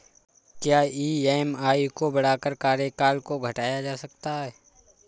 क्या ई.एम.आई को बढ़ाकर कार्यकाल को घटाया जा सकता है?